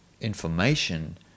information